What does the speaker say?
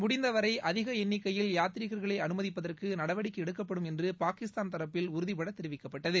முடிந்த வரை அதிக எண்ணிக்கையில் யாத்ரீகர்களை அனுமதிப்பதற்கு நடவடிக்கை எடுக்கப்படும் என்று பாகிஸ்தான் தரப்பில் உறுதிபட தெரிவிக்கப்பட்டது